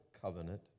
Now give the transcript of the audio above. covenant